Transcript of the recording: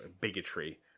bigotry